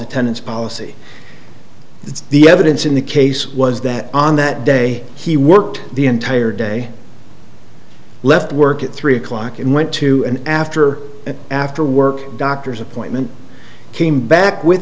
attendance policy it's the evidence in the case was that on that day he worked the entire day left work at three o'clock and went to an after after work doctor's appointment came back with